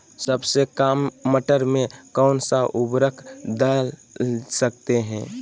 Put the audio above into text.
सबसे काम मटर में कौन सा ऊर्वरक दल सकते हैं?